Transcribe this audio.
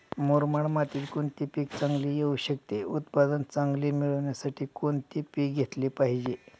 मुरमाड मातीत कोणते पीक चांगले येऊ शकते? उत्पादन चांगले मिळण्यासाठी कोणते पीक घेतले पाहिजे?